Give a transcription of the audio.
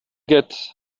get